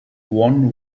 one